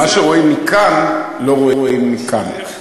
מה שרואים מכאן לא רואים מכאן,